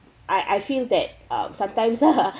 I I feel that um sometimes ah